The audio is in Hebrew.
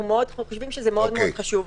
אנחנו חושבים שזה מאוד מאוד חשוב.